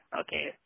okay